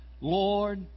Lord